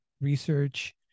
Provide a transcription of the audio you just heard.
research